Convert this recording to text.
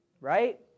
right